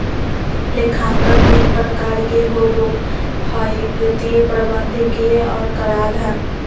लेखांकन तीन प्रकार के होबो हइ वित्तीय, प्रबंधकीय और कराधान